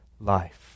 life